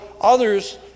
others